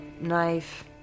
knife